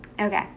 okay